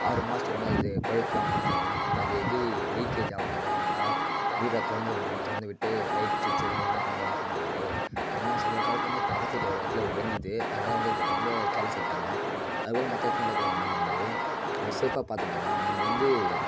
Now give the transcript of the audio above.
ஆறு மாதத்துக்கு ஒரு முற அது பலுப்புலாம் மாற்றணும் அது எப்படி லீக்கேஜ் ஆகுர மாரி இருந்தால் வீட்ட திறந்துரணும் திறந்து விட்டு லைட் சுவிட்ச்செல்லாம் ஆன் பண்ணக்கூடாது ஆஃப் பண்ணக்கூடாது ஏன்னா சமீபகாலத்தில் வந்து பக்கத்தில் வீட்டில் ஒரு இடத்துல வெடிச்சிது அதனால வந்து அது ரொம்ப கேர்லஸ்ஸாக விட்டாங்க அதுபோல் மற்ற இடத்துல நடக்க கூடாதுன்னா வந்து அது சேஃப்பாக பார்த்துக்கணுன்னா நம்ம வந்து